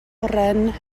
oren